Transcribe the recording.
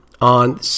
on